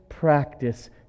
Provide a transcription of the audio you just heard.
Practice